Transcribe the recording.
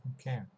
Okay